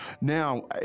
Now